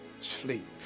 sleep